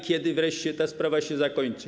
Kiedy wreszcie ta sprawa się zakończy?